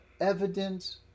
evidence